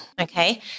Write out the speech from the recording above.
Okay